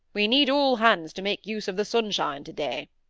we need all hands to make use of the sunshine to-day.